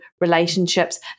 relationships